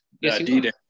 Yes